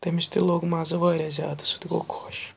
تٔمِس تہِ لوٚگ مَزٕ واریاہ زیادٕ سُہ تہِ گوٚو خوش